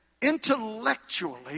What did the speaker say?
intellectually